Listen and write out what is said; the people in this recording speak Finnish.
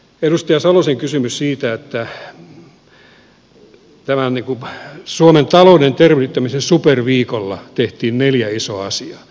edustaja salosen kysymys siitä että tämän suomen talouden tervehdyttämisen superviikolla tehtiin neljä isoa asiaa